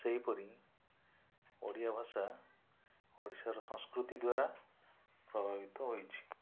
ସେହିପରି ଓଡ଼ିଆ ଭାଷା ଓଡ଼ିଶାର ସଂସ୍କୃତି ଦ୍ଵାରା ପ୍ରଭାବିତ ହୋଇଛି